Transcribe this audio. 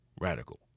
radical